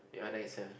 you want ninety seven